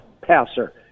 passer